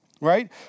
right